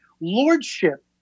lordship